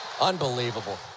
Unbelievable